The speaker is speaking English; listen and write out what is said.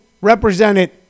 represented